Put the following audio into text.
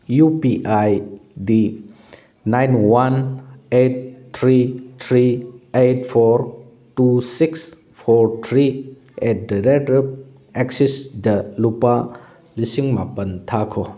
U P I D nine one eight three three eight four two six four three at the rate of excise ꯗ ꯂꯨꯄꯥ ꯂꯤꯁꯤꯡ ꯃꯥꯄꯟ ꯊꯥꯈꯣ